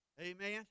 amen